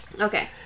Okay